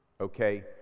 Okay